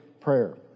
prayer